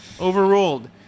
Overruled